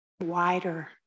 wider